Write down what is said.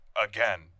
again